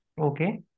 okay